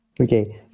Okay